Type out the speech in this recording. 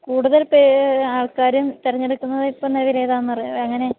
കൂടുതൽ ആൾക്കാരും തെരെഞ്ഞെടുക്കുന്നത് ഇപ്പം നിലവില് ഏതാണെന്നറിയാമോ അങ്ങനെ